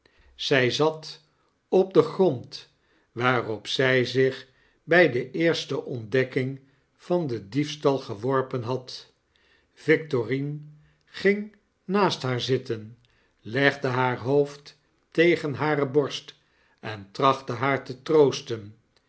zy zat op den grond waarop zij zich by de eerste ontdekking van den diefstal geworpen had victorine ging naast haar zitten legde haar hoofd tegen hare borst en trachtte haar te troosten